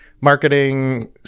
marketing